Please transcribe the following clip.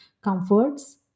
comforts